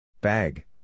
Bag